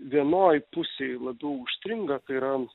vienoj pusėj labiau užstringa tai yra